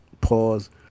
Pause